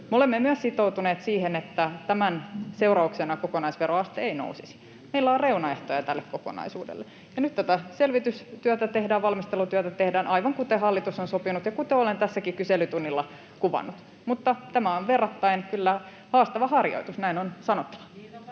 olemme myös sitoutuneet siihen, että tämän seurauksena kokonaisveroaste ei nousisi. Meillä on reunaehtoja tälle kokonaisuudelle. Nyt tätä selvitystyötä tehdään, valmistelutyötä tehdään, aivan kuten hallitus on sopinut ja kuten olen tässä kyselytunnillakin kuvannut, mutta tämä on kyllä verrattain haastava harjoitus, näin on sanottava. [Sari